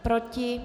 Proti?